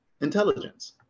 intelligence